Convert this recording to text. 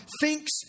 thinks